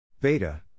Beta